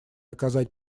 оказать